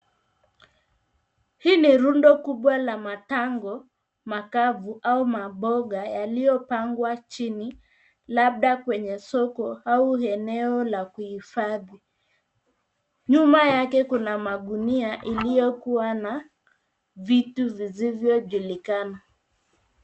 Hii ni rundo kubwa la matango makavu au maboga yaliyopangwa chini labda kwenye soko au eneo la kuhifadhi. Nyuma yake kuna magunia iliyokuwa na vitu visivyojulikana.